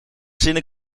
zinnen